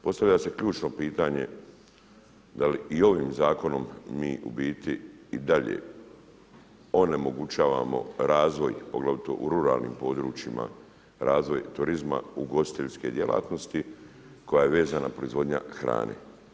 Postavlja se ključno pitanje da li i ovim zakonom mi u biti onemogućavamo razvoj, poglavito u ruralnim područjima, razvoj turizma, ugostiteljske djelatnosti koja je vezana proizvodnjom hrane.